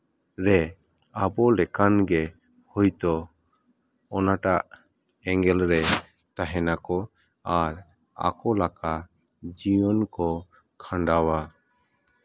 ᱨᱮ ᱟᱵᱚ ᱞᱮᱠᱟᱱ ᱜᱮ ᱦᱳᱭᱛᱳ ᱚᱱᱟᱴᱟᱜ ᱮᱸᱜᱮᱞ ᱨᱮ ᱛᱟᱦᱮᱸ ᱱᱟᱠᱚ ᱟᱨ ᱟᱠᱚ ᱞᱮᱠᱟ ᱡᱤᱭᱚᱱ ᱠᱚ ᱠᱷᱟᱰᱟᱣᱟ